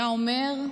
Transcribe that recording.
היה אומר: